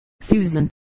Susan